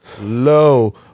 Low